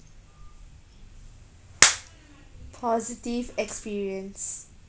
positive experience